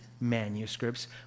manuscripts